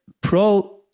pro